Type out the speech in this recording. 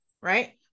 right